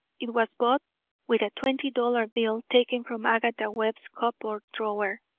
it was bought with a twenty-dollar bill, taken from agatha webb's cupboard drawer.